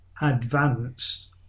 advanced